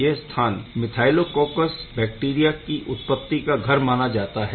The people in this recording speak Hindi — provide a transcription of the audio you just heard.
यह स्थान मिथाइलोकौकस बैक्टीरिया की उत्पत्ति का घर माना जाता है